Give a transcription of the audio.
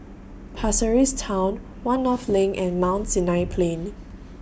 Pasir Ris Town one North LINK and Mount Sinai Plain